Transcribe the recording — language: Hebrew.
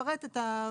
נפרט את --- 5(ב)